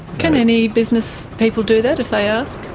can any business people do that if they ask?